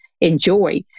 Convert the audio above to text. enjoy